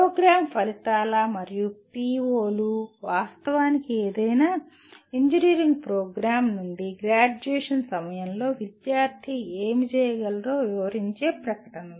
programme ఫలితాల మరియు పిఒలు వాస్తవానికి ఏదైనా ఇంజనీరింగ్ ప్రోగ్రామ్ నుండి గ్రాడ్యుయేషన్ సమయంలో విద్యార్థి ఏమి చేయగలరో వివరించే ప్రకటనలు